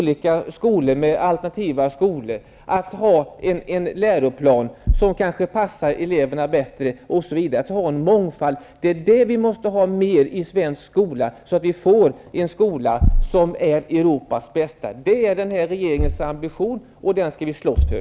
Det saknas alternativa skolor, det borde finnas en läroplan som kanske skulle passa eleverna bättre, det borde finnas mångfald, osv. Det är av detta vi måste ha mer i svensk en skola, så att vi får en skola som är Europas bästa. Det är den här regeringens ambition, och den skall vi slåss för.